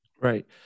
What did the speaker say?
Right